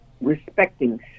respecting